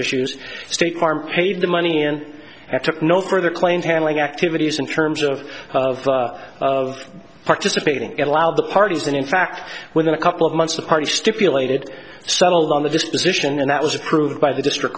issues state farm paid the money and i took no further claims handling activities in terms of of participating it allowed the parties and in fact within a couple of months a party stipulated settled on the disposition and that was approved by the district